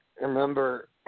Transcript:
remember